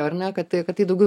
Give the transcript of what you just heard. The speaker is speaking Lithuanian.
ar ne kad tai kad tai daugiau